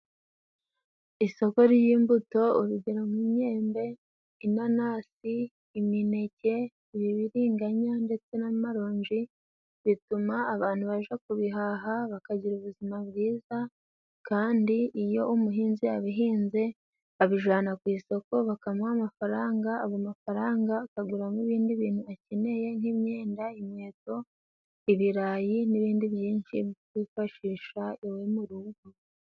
Isoko ry'imbuto urugero nk’imyembe，inanasi，imineke， ibibiringanya ndetse n'amaronji， bituma abantu baja kubihaha， bakagira ubuzima bwiza， kandi iyo umuhinzi abihinze， abijana ku isoko bakamuha amafaranga， ago mafaranga akaguramo ibindi bintu akeneye，nk'imyenda，inkweto，ibirayi n'ibindi byinshi byo kwifashisha iwe murugo.